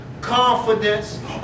confidence